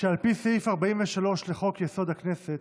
שעל פי סעיף 43 לחוק-יסוד: הכנסת,